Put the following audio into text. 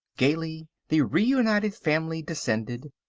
gaily the reunited family descended.